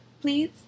please